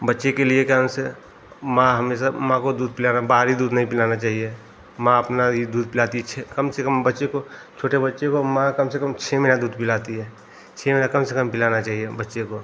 बच्चे के लिए से माँ हमेशा माँ को दूध पिलाना बाहरी दूध नहीं पिलाना चाहिए माँ अपना ही दूध पिलाती है कम से कम बच्चे को छोटे बच्चे को माँ कम से कम छह महीना दूध पिलाती है छह महीना कम से कम पिलाना चाहिए बच्चे को